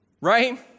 right